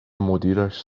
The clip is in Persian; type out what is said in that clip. مدیرش